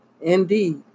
Indeed